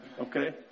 Okay